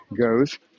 goes